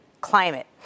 climate